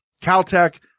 Caltech